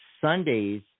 Sundays